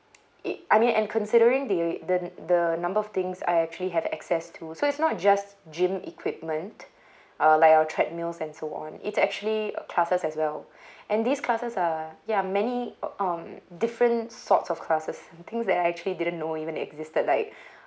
it I mean and considering the the the number of things I actually have access to so it's not just gym equipment uh like our treadmills and so on its actually uh classes as well and these classes are ya many um different sorts of classes and things that I actually didn't know even existed like